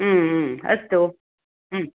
अस्तु